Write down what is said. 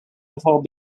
before